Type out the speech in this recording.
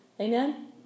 amen